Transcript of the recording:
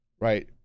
right